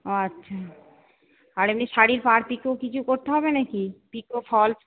আচ্ছা আর এমনি শাড়ীর পাড় পিকো কিছু করতে হবে নাকি পিকো ফল্স